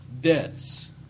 debts